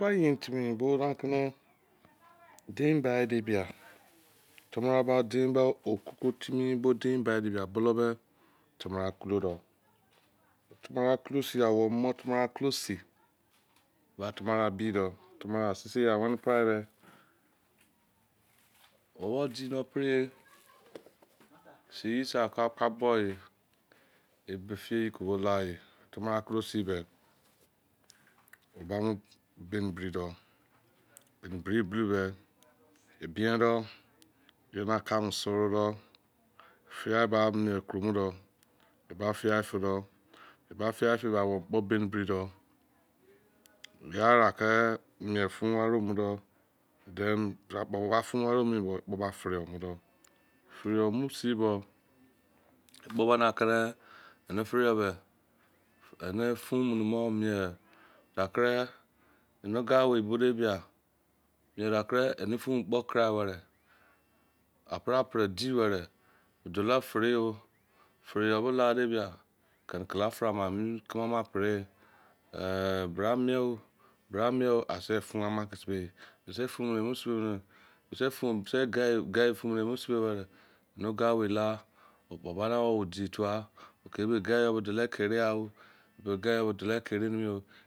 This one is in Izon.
Ba yerin timi bona ke na deni bi di bia tamara ba dem ba okoko timi bo dem bi de bolou be tamara kulu do, tamara kulu sin ya wo mo tamara kulu sin. ba tamara bi do tamara sese ya wene paide owo dine preye sei se ka ka bo ebi fe ke wo la tamara kulu sin be ba mobri do baini bri be i ben do ene aka bo soro do fiai by mien koro mo do, ba fiai fe do owo kpo baini bri do iyara ke go ware fun mo do, fere mo sin bo ekpo gban na kere ene fere yo be ene fun mene mo mien akere ene oga wei bo de bia akere ekpo kere wẹrẹ na kere ene kpo kere wẹrẹ apre pre di were dolo fere fere yo be la de bia kene class ani emu com apre yo eh bra mien fun ama ke mi si be mise fun emu sibe mise ge ye emu sibe were oga wei la o bubara di tuwa oh ge yo bo dolo kere yai o, or dolo kere emi.